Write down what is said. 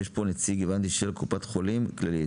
הבנתי שיש פה נציג של קופת חולים כללית.